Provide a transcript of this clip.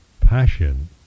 passion